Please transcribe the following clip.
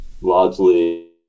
largely